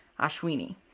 Ashwini